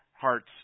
hearts